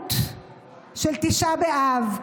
המהות של תשעה באב.